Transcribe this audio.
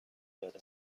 داره